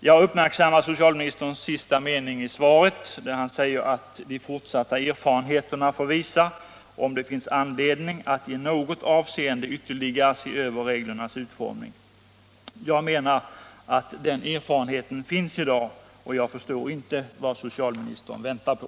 Jag uppmärksammar socialministerns sista mening i svaret, där han säger: ”De fortsatta erfarenheterna får visa om det finns anledning att i något avseende ytterligare se över reglernas utformning.” Jag menar att den erfarenheten finns i dag. Jag förstår inte vad socialministern väntar på.